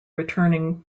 returning